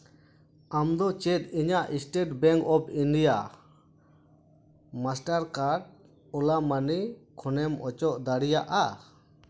ᱟᱢᱫᱚ ᱪᱮᱫ ᱤᱧᱟᱹᱜ State Bank of India Mastercard ᱳᱞᱟ ᱢᱟᱹᱱᱤ ᱠᱷᱚᱱᱮᱢ ᱚᱪᱚᱜ ᱫᱟᱹᱲᱤ ᱭᱟᱜᱼᱟ